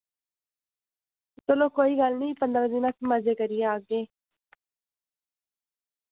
चलो कोई गल्ल निं पंदरां दिन अस मजे करियै औगे